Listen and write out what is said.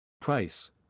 Price